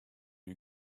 you